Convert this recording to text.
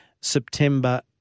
September